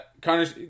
Connor